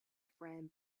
friend